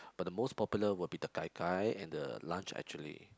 but the most popular will be the Gai Gai and the Lunch Actually